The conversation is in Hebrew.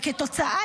וכתוצאה,